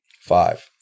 Five